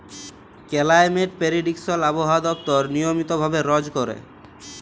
climate prediction আবহাওয়া দপ্তর নিয়মিত ভাবে রজ ক্যরে